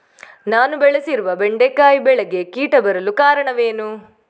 ನಾನು ಬೆಳೆಸಿರುವ ಬೆಂಡೆಕಾಯಿ ಬೆಳೆಗೆ ಕೀಟ ಬರಲು ಕಾರಣವೇನು?